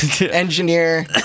Engineer